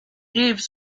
rives